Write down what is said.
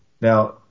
Now